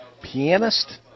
pianist